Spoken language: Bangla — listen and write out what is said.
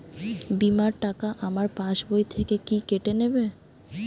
বিমার টাকা আমার পাশ বই থেকে কি কেটে নেবে?